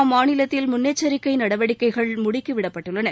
அம்மாநிலத்தில் முன்னெச்சரிக்கை நடவடிக்கைகள் முடுக்கி விடப்பட்டுள்ளன